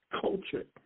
culture